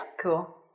Cool